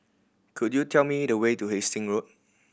could you tell me the way to Hasting Road